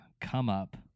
come-up